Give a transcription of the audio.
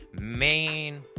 main